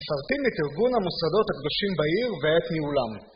תפרטים את ארגון המוסדות הקדושים בעיר ואת ניהולם.